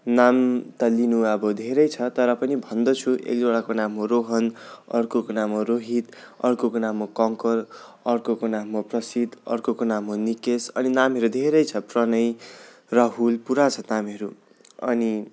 नाम त लिनु अब धेरै छ तर पनि भन्दछु एक दुईवटाको नाम हो रोहन अर्कोको नाम हो रोहित अर्कोको नाम हो कङ्कर अर्कोको नाम हो प्रसिद अर्कोको नाम हो निकेस अनि नामहरू धेरै छ अन्त प्रणय राहुल पूरा छ नामहरू अनि